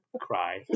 cry